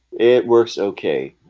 it works, okay?